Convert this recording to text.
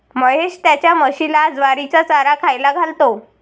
महेश त्याच्या म्हशीला ज्वारीचा चारा खायला घालतो